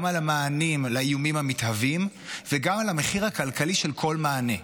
גם על המענים לאיומים המתהווים וגם על המחיר הכלכלי של כל מענה.